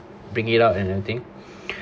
bring it up and everything